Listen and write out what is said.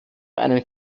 einen